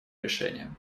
решением